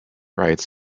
rights